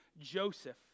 joseph